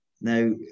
now